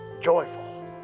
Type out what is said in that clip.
joyful